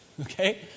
Okay